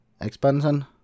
expansion